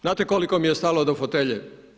Znate koliko mi je stalo do fotelje?